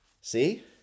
See